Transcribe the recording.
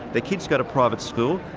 their kids go to private school,